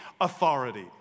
authority